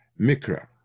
mikra